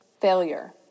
failure